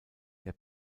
der